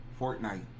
Fortnite